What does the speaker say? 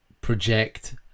project